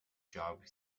job